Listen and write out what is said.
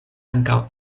ankaŭ